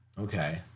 Okay